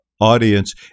audience